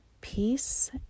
peace